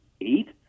eight